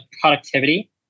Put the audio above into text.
productivity